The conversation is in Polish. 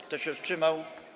Kto się wstrzymał?